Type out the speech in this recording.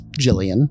Jillian